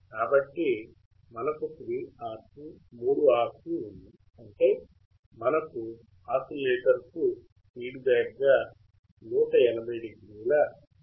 కాబట్టి మనకు 3 RC ఉంది అంటే మనకు ఆసిలేటర్కు ఫీడ్ బ్యాక్ గా 1800 ఫేజ్ షిఫ్ట్ వచ్చింది